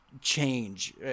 change